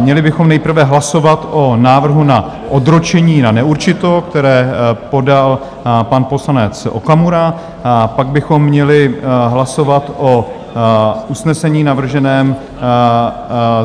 Měli bychom nejprve hlasovat o návrhu na odročení na neurčito, které podal pan poslanec Okamura, pak bychom měli hlasovat o usnesení navrženém